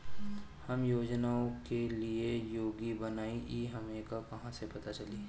हम योजनाओ के लिए योग्य बानी ई हमके कहाँसे पता चली?